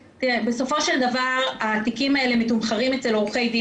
בסופו של דבר התיקים האלה מתומחרים אצל עורכי דין,